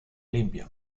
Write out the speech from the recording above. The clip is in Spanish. limpia